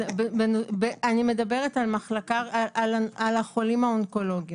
אני מדברת על החולים האונקולוגיים.